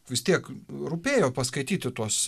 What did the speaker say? vis tiek rūpėjo paskaityti tuos